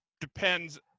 depends